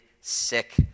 sick